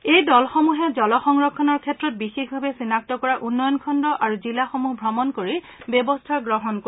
এই দলসমূহে জল সংৰক্ষণৰ ক্ষেত্ৰত বিশেষভাৱে চিনাক্ত কৰা উন্নয়ন খণ্ড আৰু জিলাসমূহ ভ্ৰমণ কৰি ব্যৱস্থা গ্ৰহণ কৰিব